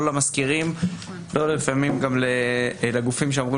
לא למשכירים וגם לפעמים לא לגופים שאמורים